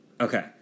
Okay